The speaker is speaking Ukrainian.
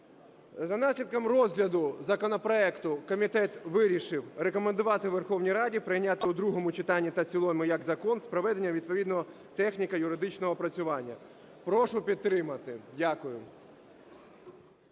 За наслідком розгляду законопроекту комітет вирішив рекомендувати Верховній Раді прийняти у другому читанні та в цілому як закон з проведенням відповідного техніко-юридичного опрацювання. Прошу підтримати. Дякую.